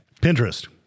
Pinterest